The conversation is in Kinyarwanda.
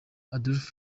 adolf